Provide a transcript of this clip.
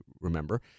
remember